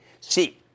See